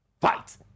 Fight